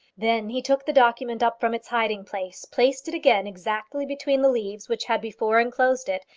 then he took the document up from its hiding-place, placed it again exactly between the leaves which had before enclosed it,